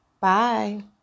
bye